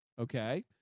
okay